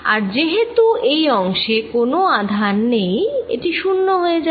আর যেহেতু এই অংশে কোন আধান নেই এটি শুন্য হয়ে যাবে